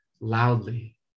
loudly